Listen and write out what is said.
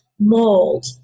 mold